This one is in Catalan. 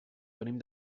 venim